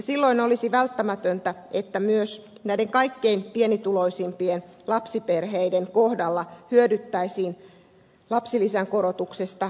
silloin olisi välttämätöntä että myös näiden kaikkein pienituloisimpien lapsiperheiden kohdalla hyödyttäisiin lapsilisän korotuksesta